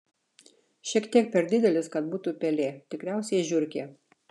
šiek tiek per didelis kad būtų pelė tikriausiai žiurkė